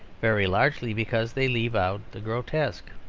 very largely because they leave out the grotesque.